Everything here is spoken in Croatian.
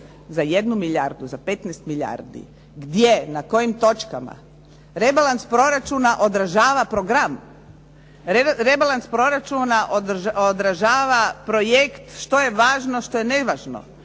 Za 1 milijardu? Za 15 milijardi? Gdje? Na kojim točkama? Rebalans proračuna odražava program. Rebalans proračuna odražava projekt što je važno, što je nevažno,